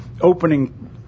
opening